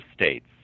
states